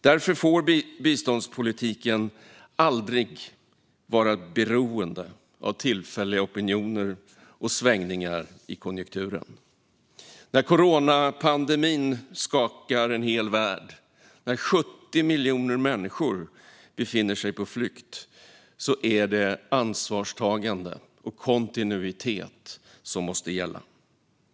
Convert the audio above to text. Därför får biståndspolitiken aldrig vara beroende av tillfälliga opinioner och svängningar i konjunkturen. När coronapandemin skakar en hel värld och när 70 miljoner människor befinner sig på flykt är det ansvarstagande och kontinuitet som måste gälla.